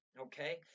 Okay